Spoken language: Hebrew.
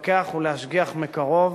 לפקח ולהשגיח מקרוב